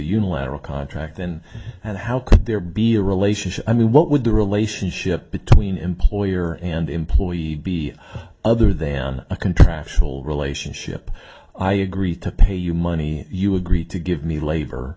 unilateral contract then that how could there be a relationship i mean what would the relationship between employer and employee be other than a contractual relationship i agree to pay you money you agree to give me labor